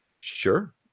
sure